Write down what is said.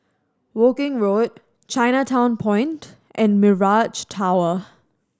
Woking Road Chinatown Point and Mirage Tower